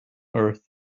earth